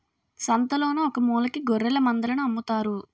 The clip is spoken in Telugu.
సంతలోన ఒకమూలకి గొఱ్ఱెలమందలను అమ్ముతారు